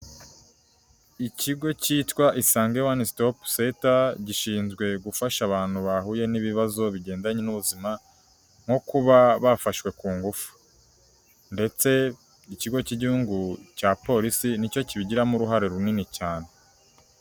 Ikigo cyitwa isange wani sitopu senta gishinzwe gufasha abantu bahuye n'ibibazo bigendanye n'ubuzima nko kuba bafashwe ku ngufu. Ndetse ikigo cy'igihugu cya polisi nicyo kibigiramo uruhare runini cyane.